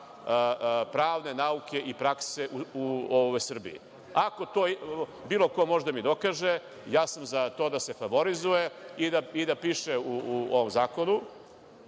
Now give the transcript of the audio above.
pravne nauke i prakse u ovoj Srbiji. Ako to bilo ko može da mi dokaže ja sam za to da se favorizuje i da piše u ovom zakonu,